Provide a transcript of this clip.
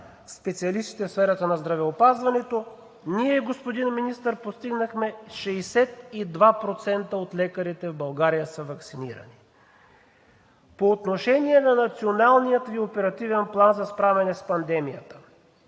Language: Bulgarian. специалистите в сферата на здравеопазването, ние, господин Министър, постигнахме 62% от лекарите в България да са ваксинирани. По отношение на Националния Ви оперативен план за справяне с пандемията.